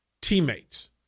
Teammates